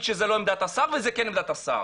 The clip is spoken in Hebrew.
שזה לא עמדת השר וזה כן עמדת השר.